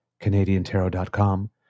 Canadiantarot.com